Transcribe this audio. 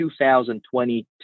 2022